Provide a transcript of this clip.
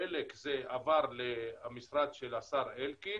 חלק עבר למשרד של השר אלקין